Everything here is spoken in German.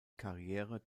karriere